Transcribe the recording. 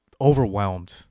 overwhelmed